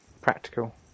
practical